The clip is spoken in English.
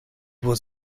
was